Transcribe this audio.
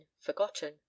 forgotten